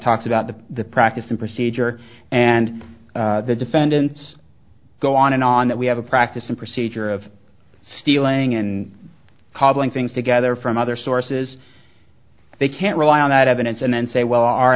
talks about the the practice in procedure and the defendants go on and on that we have a practice and procedure of stealing and cobbling things together from other sources they can't rely on that evidence and then say well our